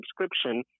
subscription